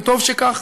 וטוב שכך,